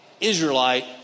Israelite